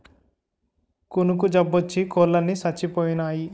కునుకు జబ్బోచ్చి కోలన్ని సచ్చిపోనాయి